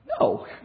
No